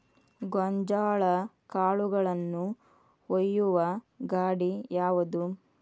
ಗೋಂಜಾಳ ಕಾಳುಗಳನ್ನು ಒಯ್ಯುವ ಗಾಡಿ ಯಾವದು?